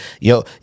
yo